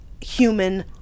human